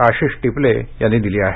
आशिष टिपले यांनी दिली आहे